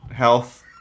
Health